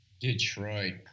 Detroit